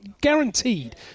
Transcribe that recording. guaranteed